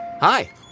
Hi